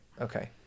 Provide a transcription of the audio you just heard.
Okay